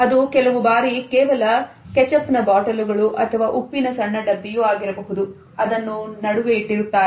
ಅದು ಕೆಲವು ಬಾರಿ ಕೇವಲ ಕೆಚಪ್ ನ ಬಾಟಲು ಅಥವಾ ಉಪ್ಪಿನ ಸಣ್ಣ ಡಬ್ಬಿಯೂ ಆಗಿರಬಹುದು ಅದನ್ನು ನಡುವೆ ಇಟ್ಟಿರುತ್ತಾರೆ